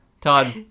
Todd